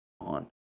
on